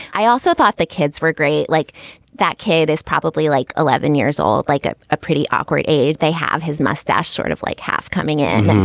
i also thought the kids were great. like that kid is probably like eleven years old, like ah a pretty awkward age. they have his mustache sort of like half coming in.